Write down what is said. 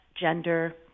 gender